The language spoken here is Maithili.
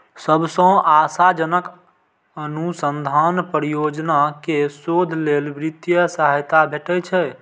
सबसं आशाजनक अनुसंधान परियोजना कें शोध लेल वित्तीय सहायता भेटै छै